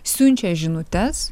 siunčia žinutes